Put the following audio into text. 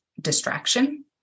distraction